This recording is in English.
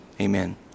Amen